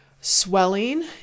swelling